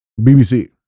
BBC